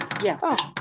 yes